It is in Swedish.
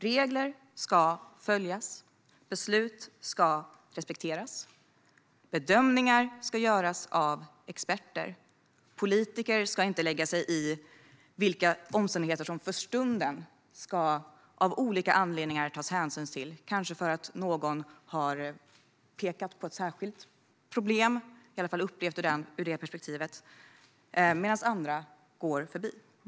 Regler ska följas, beslut ska respekteras och bedömningar ska göras av experter. Politiker ska inte lägga sig i vilka omständigheter som för stunden och av olika anledningar ska tas hänsyn till, kanske för att någon har pekat på eller upplevt ett särskilt problem, medan andra passerar.